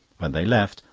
when they left,